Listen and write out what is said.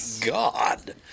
god